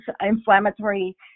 inflammatory